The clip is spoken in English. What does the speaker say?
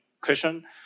question